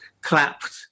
clapped